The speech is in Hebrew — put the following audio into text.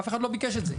אף אחד לא ביקש את זה.